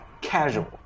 Casual